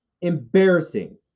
embarrassing